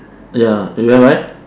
ya you have right